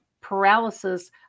paralysis